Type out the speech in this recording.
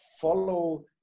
follow